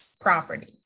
property